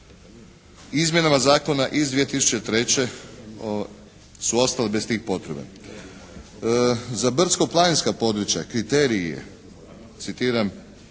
izmjenama zakona iz 2003. su ostale bez tih potreba. Za brdsko-planinska područja kriterij je, citiram